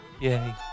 Yay